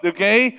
Okay